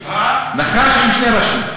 נחש עם שני ראשים.